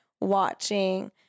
watching